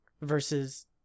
versus